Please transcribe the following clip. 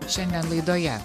šiandien laidoje